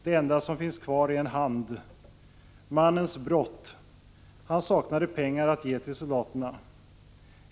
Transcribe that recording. Det enda som finns kvar är en hand. Mannens ”brott'? Han saknade pengar att ge till soldaterna.